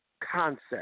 concept